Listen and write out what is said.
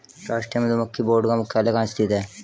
राष्ट्रीय मधुमक्खी बोर्ड का मुख्यालय कहाँ स्थित है?